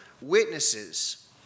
witnesses